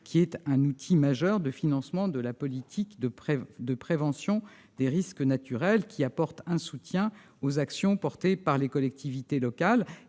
qui est un outil majeur de financement de la politique de prévention des risques naturels. Il apporte en effet un soutien aux actions des collectivités locales.